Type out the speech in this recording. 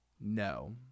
No